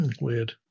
Weird